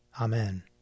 Amen